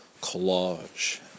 collage